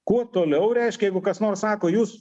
kuo toliau reiškia jeigu kas nors sako jūs